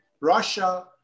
Russia